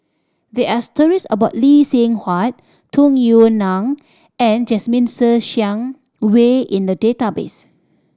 there are stories about Lee Seng Huat Tung Yue Nang and Jasmine Ser Xiang Wei in the database